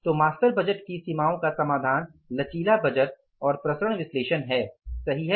तो master budget की सीमाओं का समाधान लचीला बजट और प्रसरण विश्लेषण है सही है